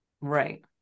Right